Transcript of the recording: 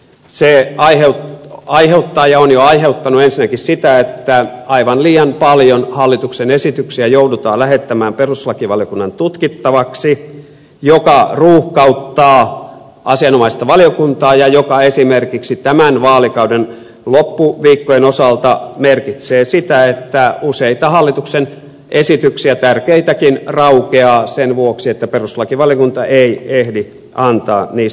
se aiheuttaa ja on jo aiheuttanut ensinnäkin sitä että aivan liian paljon hallituksen esityksiä joudutaan lähettämään perustuslakivaliokunnan tutkittavaksi mikä ruuhkauttaa asianomaista valiokuntaa ja mikä esimerkiksi tämän vaalikauden loppuviikkojen osalta merkitsee sitä että useita hallituksen esityksiä tärkeitäkin raukeaa sen vuoksi että perustuslakivaliokunta ei ehdi antaa niistä lausuntoaan